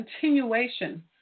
continuation